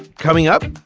coming up,